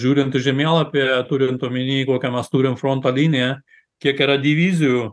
žiūrint į žemėlapį turint omeny kokią mes turim fronto liniją kiek yra divizijų